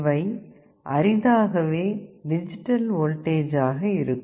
இவை அரிதாகவே digital voltage ஆக இருக்கும்